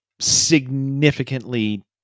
significantly